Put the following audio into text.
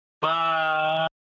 Bye